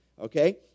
okay